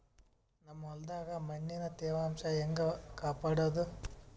ನಮ್ ಹೊಲದಾಗ ಮಣ್ಣಿನ ತ್ಯಾವಾಂಶ ಹೆಂಗ ಕಾಪಾಡೋದು?